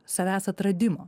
savęs atradimo